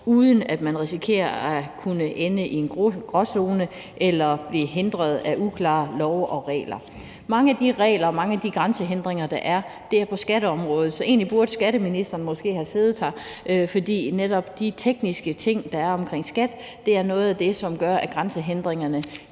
uden at vi risikerer at kunne ende i en gråzone eller blive hindret af uklare love og regler. Mange af de regler og mange af de grænsehindringer, der er, er på skatteområdet, så egentlig burde skatteministeren måske også have siddet her. For netop de tekniske ting, der er i forbindelse med skat, er noget af det, som gør, at grænsehindringerne